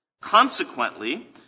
Consequently